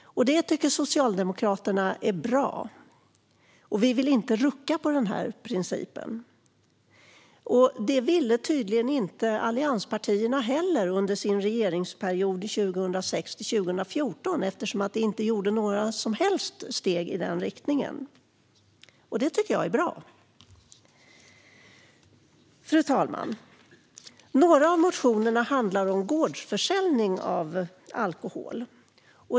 Detta tycker Socialdemokraterna är bra, och vi vill inte rucka på den principen. Det ville tydligen inte allianspartierna heller under sin regeringsperiod 2006-2014, eftersom det inte gjordes några som helst steg i den riktningen. Det tycker jag var bra. Fru talman! Några av motionerna handlar om gårdsförsäljning av alkohol.